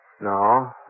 No